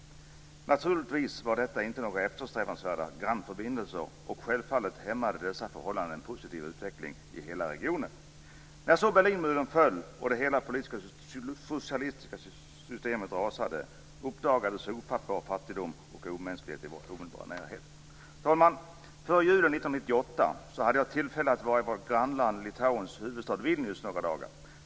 Naturligtvis var detta inte några eftersträvansvärda grannförbindelser, och självfallet hämmade dessa förhållanden en positiv utveckling i hela regionen. När så Berlinmuren föll och hela det politiska socialistiska systemet rasade, uppdagades en ofattbar fattigdom och omänsklighet i vår omedelbara närhet. Herr talman! Före julen 1998 hade jag tillfälle att vara i vårt grannland Litauens huvudstad Vilnius några dagar.